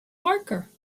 parker